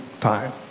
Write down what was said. time